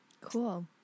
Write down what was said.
Cool